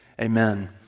amen